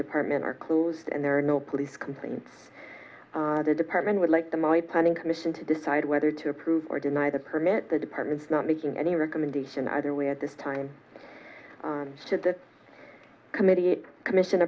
department are closed and there are no police complaints the department would like the my planning commission to decide whether to approve or deny the permit the department's not making any recommendation either way at this time should the committee commission